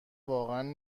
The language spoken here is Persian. واقعا